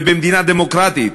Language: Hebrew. במדינה דמוקרטית,